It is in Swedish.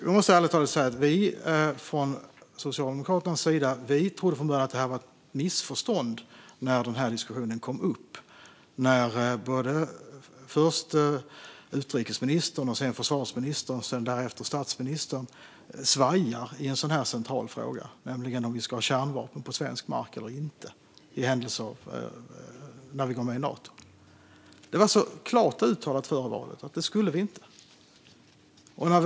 Jag måste ärligt talat säga att vi från Socialdemokraternas sida från början trodde att det var ett missförstånd när den här diskussionen kom upp och först utrikesministern, sedan försvarsministern och därefter statsministern svajade i en så här central fråga, nämligen om vi ska ha kärnvapen på svensk mark eller inte när vi går med i Nato. Det var så tydligt uttalat före valet att vi inte skulle det.